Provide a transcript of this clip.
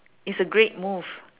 it's a great move